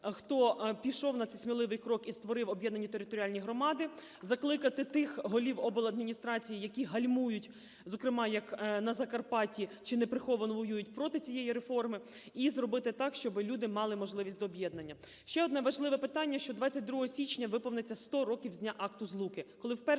хто пішов на цей смілий крок і створив об'єднані територіальні громади, закликати тих голів обладміністрацій, які гальмують, зокрема як на Закарпатті, чи не приховано воюють проти цієї реформи і зробити так, щоб люди мали можливість до об'єднання. Ще одне важливе питання, що 22 січня виповниться 100 років з дня Акту Злуки,